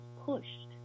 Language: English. pushed